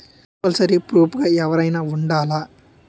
Compulsory proof గా ఎవరైనా ఉండాలా?